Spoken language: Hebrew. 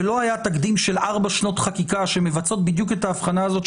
ולא היה תקדים של ארבע שנות חקיקה שמבטאות בדיוק את ההבחנה הזאת,